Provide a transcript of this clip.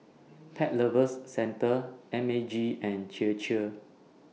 Pet Lovers Centre M A G and Chir Chir